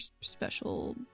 special